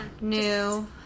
New